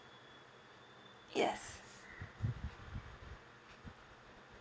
yes